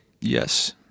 Yes